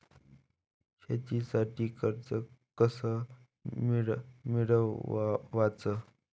शेतीसाठी कर्ज कस मिळवाच?